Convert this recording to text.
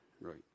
Right